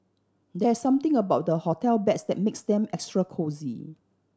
there's something about the hotel beds that makes them extra cosy